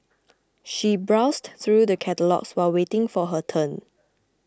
she browsed through the catalogues while waiting for her turn